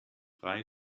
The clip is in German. frei